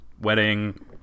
wedding